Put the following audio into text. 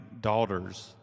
daughters